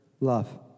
love